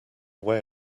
way